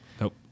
Nope